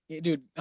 Dude